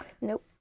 Nope